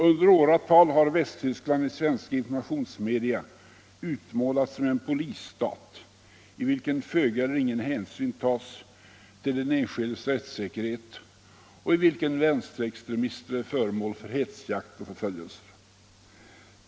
Under åratal har Västtyskland i svenska informationsmedia utmålats såsom en polisstat, i vilken föga eller ingen hänsyn tas till den enskildes rättssäkerhet och i vilken vänsterextremister är föremål för hetsjakt och förföljelser.